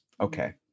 Okay